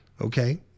okay